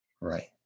Right